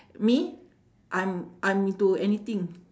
me I'm I'm into anything